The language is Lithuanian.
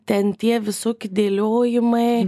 ten tie visoki dėliojimai